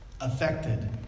affected